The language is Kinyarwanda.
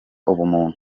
ubumuntu